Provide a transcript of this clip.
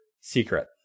secret